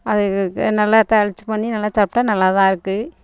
அது நல்லா தாளித்து பண்ணி நல்லா சாப்பிட்டா நல்லா தான் இருக்குது